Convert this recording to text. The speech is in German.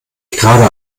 gerade